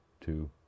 two